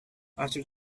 after